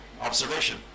observation